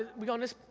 we going this?